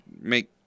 make